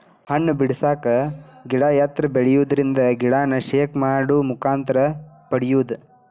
ಹಣ್ಣ ಬಿಡಸಾಕ ಗಿಡಾ ಎತ್ತರ ಬೆಳಿಯುದರಿಂದ ಗಿಡಾನ ಶೇಕ್ ಮಾಡು ಮುಖಾಂತರ ಪಡಿಯುದು